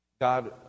God